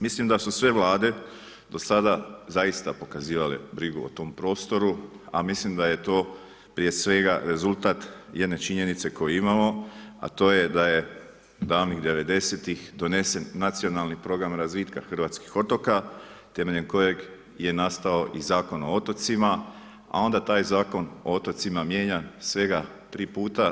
Mislim da su sve Vlade do sada zaista pokazivale brigu o tom prostoru, a mislim da je to prije svega rezultat jedne činjenice koju imamo, a to je da je davnih devedesetih donesen Nacionalni program razvitka hrvatskih otoka temeljem kojih je nastao i Zakon o otocima, a onda taj Zakon o otocima mijenjan svega tri puta.